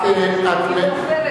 אני מאוכזבת,